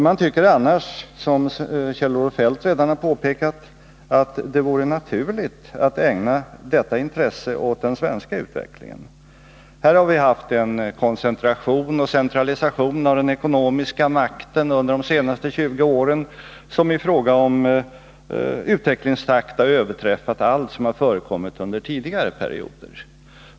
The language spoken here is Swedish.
Man tycker annars, som Kjell-Olof Feldt påpekade, att det vore naturligt att ägna detta intresse åt den svenska utvecklingen. Här har vi under de senaste 20 åren haft en koncentration och centralisering av den ekonomiska makten som i fråga om utvecklingstakt har överträffat allt vad som förekommit under tidigare perioder.